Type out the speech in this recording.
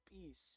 peace